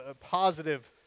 positive